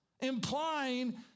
implying